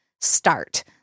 start